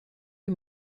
die